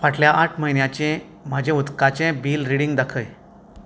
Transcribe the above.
फाटल्या आठ म्हयन्यांचें म्हजे उदकाचें बिल रिडींग दाखय